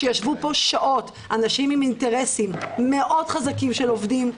שישבו פה שעות אנשים עם אינטרסים מאוד חזקים של עובדים,